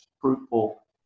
fruitful